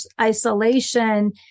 isolation